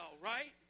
right